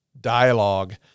dialogue